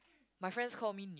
my friends call me